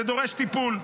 זה דורש טיפול.